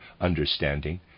understanding